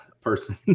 person